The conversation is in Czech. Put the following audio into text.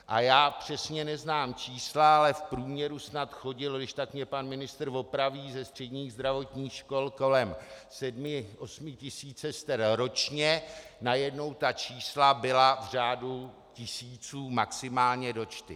A já přesně neznám čísla, ale v průměru snad chodilo, když tak mě pan ministr opraví, ze středních zdravotních škol kolem sedmi osmi tisíc sester ročně, najednou ta čísla byla v řádu tisíců, maximálně do čtyř.